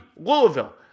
Louisville